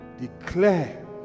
Declare